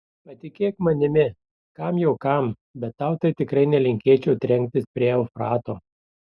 patikėk manimi kam jau kam bet tau tai tikrai nelinkėčiau trenktis prie eufrato